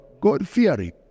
God-fearing